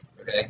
Okay